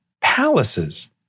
palaces